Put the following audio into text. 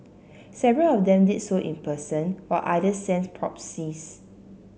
several of them did so in person while others sent proxies